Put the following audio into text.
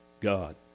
God